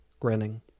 grinning